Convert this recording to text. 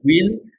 win